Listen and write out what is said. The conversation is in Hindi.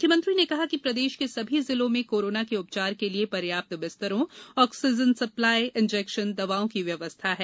मुख्यमंत्री ने कहा कि प्रदेश के सभी जिलों में कोरोना के उपचार के लिए पर्याप्त बिस्तरों ऑक्सीजन सप्लाई इंजेक्शन दवाओं की व्यवस्था है